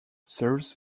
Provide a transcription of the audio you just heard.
serves